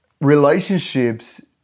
relationships